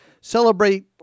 celebrate